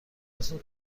اسم